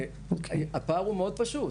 הפער הוא מאוד פשוט,